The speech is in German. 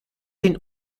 den